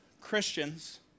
Christians